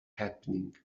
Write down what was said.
happening